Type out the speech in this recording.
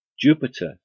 Jupiter